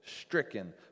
...stricken